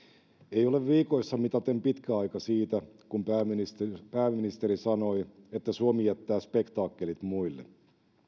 ei ole viikoissa mitaten pitkä aika siitä kun pääministeri sanoi että suomi jättää spektaakkelit muille